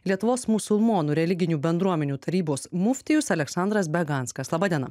lietuvos musulmonų religinių bendruomenių tarybos muftijus aleksandras beganskas laba diena